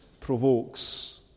provokes